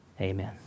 Amen